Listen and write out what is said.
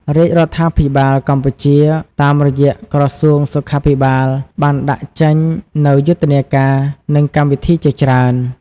រាជរដ្ឋាភិបាលកម្ពុជា តាមរយៈក្រសួងសុខាភិបាលបានដាក់ចេញនូយុទ្ធនាការ និងកម្មវិធីជាច្រើន។